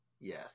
yes